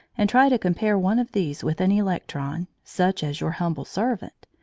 and try to compare one of these with an electron, such as your humble servant,